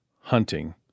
hunting